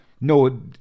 no